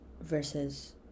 versus